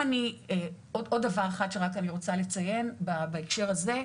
עוד דבר אחד שאני רוצה לציין בהקשר הזה,